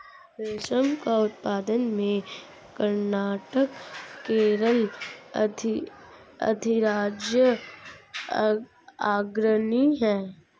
रेशम के उत्पादन में कर्नाटक केरल अधिराज्य अग्रणी है